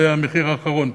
זה המחיר האחרון,